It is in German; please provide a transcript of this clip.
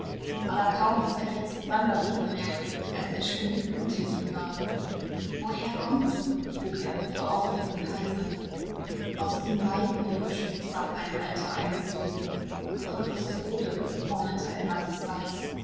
aber kaum daß er jetzt die wandernden bemerkte als er schon mitten unter ihnen war woher kommt ihr frug er vor aufregung heiser aus dem neidenburgischen sagte ein alter einsilbig von osterode murmelte ein mattes weib